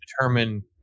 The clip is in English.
determine